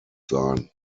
sein